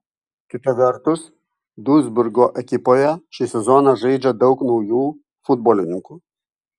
kita vertus duisburgo ekipoje šį sezoną žaidžia daug naujų futbolininkų